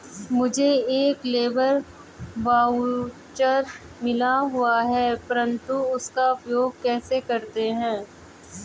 मुझे एक labour voucher मिला हुआ है परंतु उसका उपयोग कैसे करते हैं?